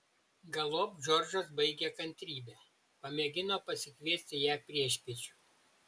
galop džordžas baigė kantrybę pamėgino pasikviesti ją priešpiečių